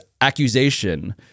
accusation